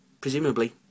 presumably